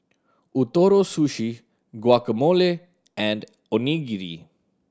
Ootoro Sushi Guacamole and Onigiri